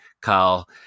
Kyle